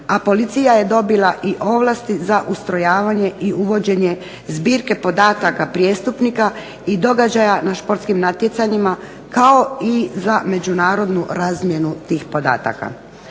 a policija je dobila i ovlasti za ustrojavanje i uvođenje zbirke podataka prijestupnika i događaja na športskim natjecanjima kao i za međunarodnu razmjenu tih podataka.